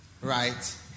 right